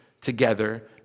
together